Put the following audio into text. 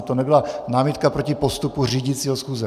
To nebyla námitka proti postupu řídícího schůze.